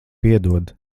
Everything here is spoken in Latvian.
piedod